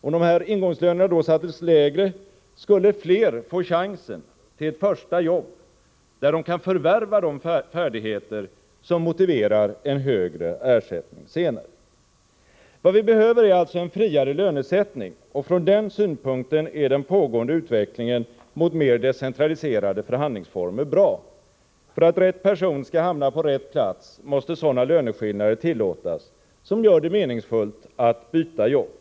Om ingångslö Nr 49 nerna sattes lägre skulle fler få chansen till ett första jobb där de kan förvärva Onsdagen den de färdigheter som motiverar en högre ersättning senare. 12 december 1984 Vad vi behöver är alltså en friare lönesättning. Från den synpunkten är den pågående utvecklingen mot mer decentraliserade förhandlingsformer bra. Den ekonomiska För att rätt person Skall Bamna på rätt plats måste sådana löneskillnader politiken på medeltillåtas som gör det meningsfullt att byta jobb.